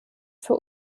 für